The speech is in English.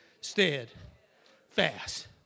steadfast